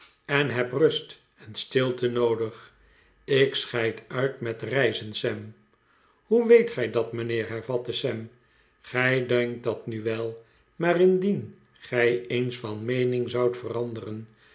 en heb rust en stilte noodig ik scheid uit met reizen sam hoe weet gij dat mijnheer hervatte sam gij denkt dat nu wel maar indien gij eens van meening zoudt veranderen